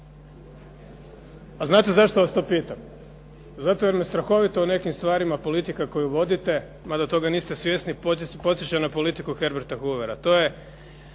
A znate zašto vas to pitam? Zato jer me strahovito u nekim stvarima politike koju vodite, mada toga niste svjesni, podsjeća na politiku Herberta Hoovera.